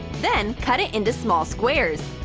then cut it into small squares.